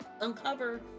uncover